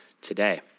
today